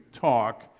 talk